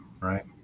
right